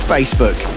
Facebook